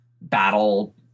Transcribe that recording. battle